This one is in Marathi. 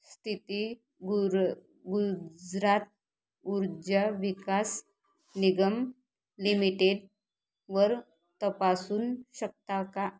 स्थिती गुर गुजरात ऊर्जा विकास निगम लिमिटेडवर तपासून शकता का